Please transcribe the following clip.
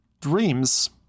dreams